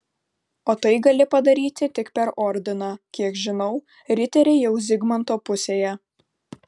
o tai gali padaryti tik per ordiną kiek žinau riteriai jau zigmanto pusėje